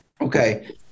Okay